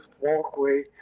walkway